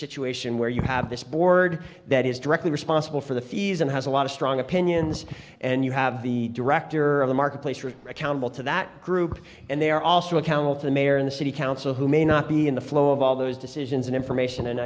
situation where you have this board that is directly responsible for the fees and has a lot of strong opinions and you have the director of the marketplace are accountable to that group and they are also accountable to the mayor and the city council who may not be in the flow of all those decisions and information and